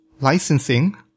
licensing